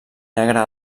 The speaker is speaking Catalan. negre